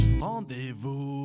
rendez-vous